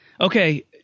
okay